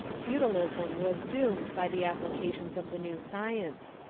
feudalism was doomed by the applications of the new science,